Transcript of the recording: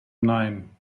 nein